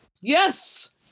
Yes